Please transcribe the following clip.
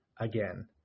again